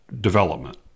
development